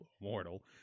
Immortal